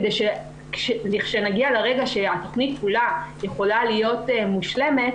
כדי שכאשר נגיע לרגע שהתכנית כולה יכולה להיות מושלמת,